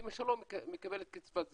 אמא שלו מקבלת קצבת זקנה,